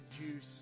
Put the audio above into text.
juice